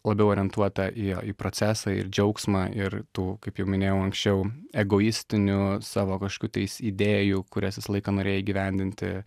labiau orientuota į į procesą ir džiaugsmą ir tų kaip jau minėjau anksčiau egoistinių savo kažkokių tais idėjų kurias visą laiką norėjai įgyvendinti